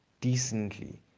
decently